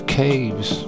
caves